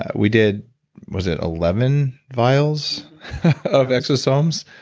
we did was it eleven vials of exosomes?